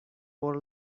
por